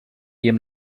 jem